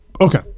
Okay